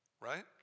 right